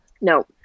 No